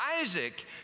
Isaac